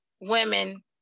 women